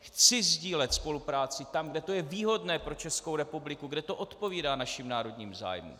Chci sdílet spolupráci tam, kde to je výhodné pro Českou republiku, kde to odpovídá našim národním zájmům.